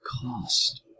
cost